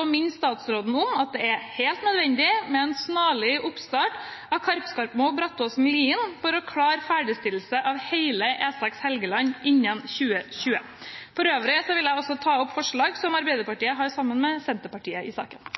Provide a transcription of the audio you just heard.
å minne statsråden om at det er helt nødvendig med en snarlig oppstart at Kappskarmo–Brattåsen–Lien for å klare ferdigstillelse av hele E6 Helgeland innen 2020. For øvrig vil jeg ta opp forslaget som Arbeiderpartiet har sammen med Senterpartiet i saken.